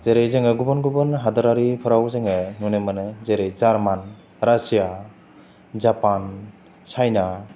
जेरै जोङो गुुबुन गुबुन हादरारिफोराव जोङो नुनो मोनो जेरै जार्मान राचिया जापान चाइना